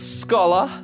scholar